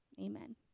Amen